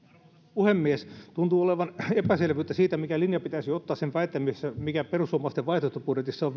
puhemies tuntuu olevan epäselvyyttä siitä mikä linja pitäisi ottaa sen väittämisessä mikä perussuomalaisten vaihtoehtobudjetissa on